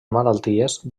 malalties